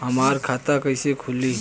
हमार खाता कईसे खुली?